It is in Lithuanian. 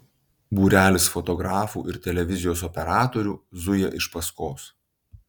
būrelis fotografų ir televizijos operatorių zuja iš paskos